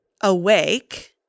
awake